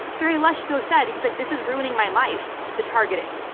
serhiy leshchenko said, he's like, this is ruining my life, the targeting.